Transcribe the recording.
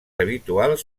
habituals